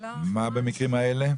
במקרים האלה?